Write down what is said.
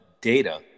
data